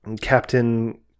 captain